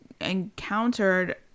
encountered